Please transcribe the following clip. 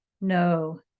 no